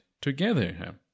together